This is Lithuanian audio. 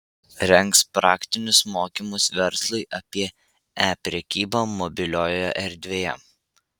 rengs praktinius mokymus verslui apie e prekybą mobiliojoje erdvėje